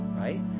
right